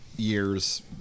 Years